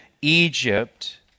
Egypt